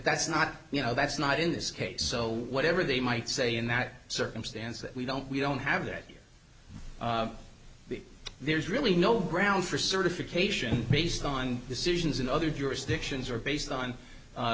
that's not you know that's not in this case so whatever they might say in that circumstance that we don't we don't have that the there's really no grounds for certification based on decisions in other jurisdictions are based on a